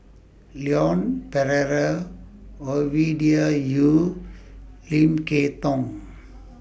Leon Perera Ovidia Yu Lim Kay Tong